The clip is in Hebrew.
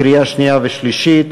לקריאה שנייה ושלישית.